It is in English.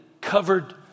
covered